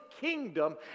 kingdom